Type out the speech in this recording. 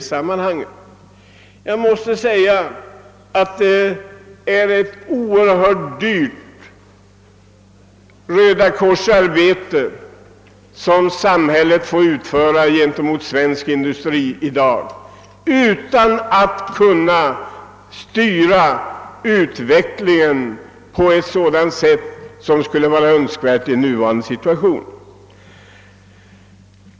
Det är ett oerhört dyrt rödakorsarbete som samhället får utföra åt svensk industri i dag utan att kunna styra utvecklingen så som skulle vara önskvärt i nuvarande situation.